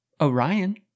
Orion